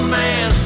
man